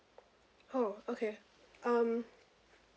oh okay um